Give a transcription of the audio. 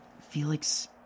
Felix